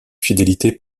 fidélité